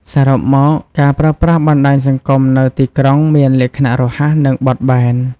សរុបមក ការប្រើប្រាស់បណ្ដាញសង្គមនៅទីក្រុងមានលក្ខណៈរហ័ស និងបត់បែន។